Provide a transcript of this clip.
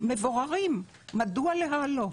מבוררים מדוע להעלות.